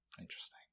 Interesting